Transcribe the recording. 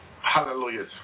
Hallelujah